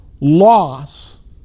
loss